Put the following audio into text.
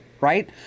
right